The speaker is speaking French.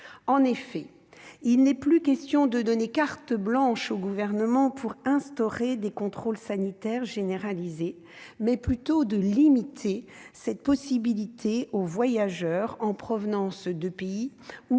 En effet, il est question non plus de donner carte blanche au Gouvernement pour instaurer des contrôles sanitaires généralisés, mais plutôt de limiter cette possibilité aux voyageurs en provenance de pays où